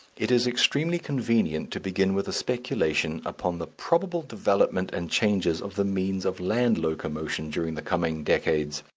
it is extremely convenient to begin with a speculation upon the probable developments and changes of the means of land locomotion during the coming decades.